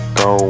go